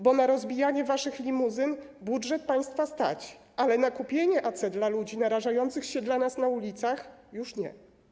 Bo na rozbijanie waszych limuzyn budżet państwa stać, ale na wykupienie AC dla ludzi narażających się dla nas na ulicach już nie.